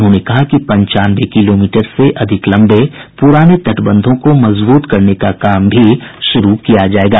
उन्होंने कहा कि पंचानवे किलोमीटर से अधिक लंबे पुराने तटबंधों को मजबूत करने का भी कार्य शुरू किया जायेगा